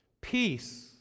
peace